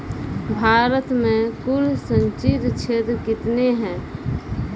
भारत मे कुल संचित क्षेत्र कितने हैं?